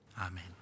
Amen